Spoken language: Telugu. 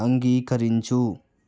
అంగీకరించు